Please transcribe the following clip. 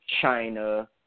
China